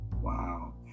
Wow